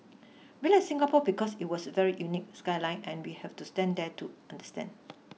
we like Singapore because it was a very unique skyline and we have to stand there to understand